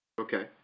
Okay